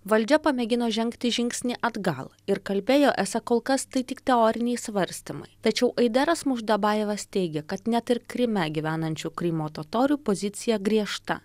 valdžia pamėgino žengti žingsnį atgal ir kalbėjo esą kol kas tai tik teoriniai svarstymai tačiau aideras muždabajevas teigė kad net ir kryme gyvenančių krymo totorių pozicija griežta